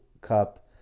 Cup